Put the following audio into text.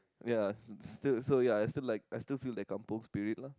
ya so so ya still like I still feel like kampung Spirit lah